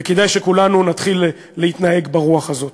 וכדאי שכולנו נתחיל להתנהג ברוח הזאת.